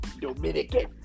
Dominican